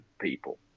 people